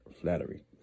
flattery